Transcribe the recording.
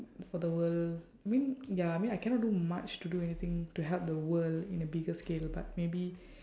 for the world I mean ya I mean I cannot do much to do anything to help the world in a bigger scale but maybe